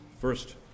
first